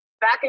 Back